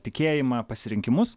tikėjimą pasirinkimus